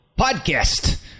podcast